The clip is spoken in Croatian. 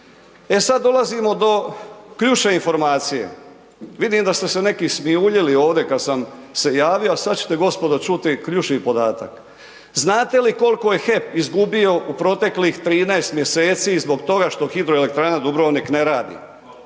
E sad dolazimo do ključne informacije. Vidim da ste se neki smijuljili ovdje kad sam se javio a sad ćete gospodo čuti ključni podatak. Znate li koliko je HEP izgubio u proteklih 13 mj. zbog toga što HE Dubrovnik ne radi?